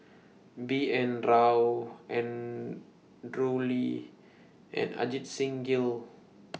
B N Rao Andrew Lee and Ajit Singh Gill